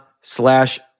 slash